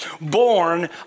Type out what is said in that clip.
born